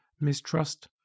mistrust